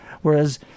whereas